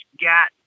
got